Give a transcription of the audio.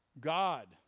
god